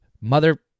Mother